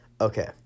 okay